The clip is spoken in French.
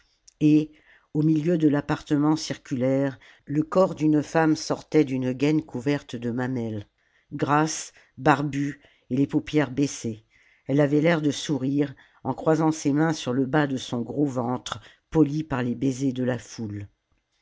et au milieu de l'appartement circulaire le corps d'une femme sortait d'une gaine couverte de mamelles grasse barbue et les paupières baissées elle avait l'air de sourire en croisant ses mains sur le bas de son gros ventre poli par les baisers de la foule